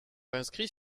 inscrits